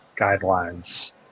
guidelines